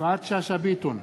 יפעת שאשא ביטון,